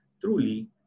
truly